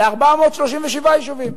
ל-437 יישובים.